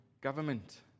government